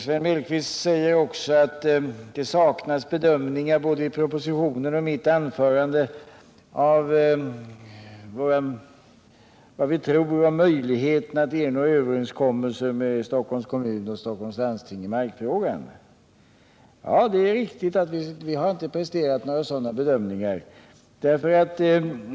Sven Mellqvist sade också att det saknas bedömningar i både propositionen och mitt anförande av möjligheterna att nå en överenskommelse med Stockholms kommun och Stockholms läns landsting i mark 129 frågan. Ja, det är riktigt att vi inte har presterat några sådana bedömningar.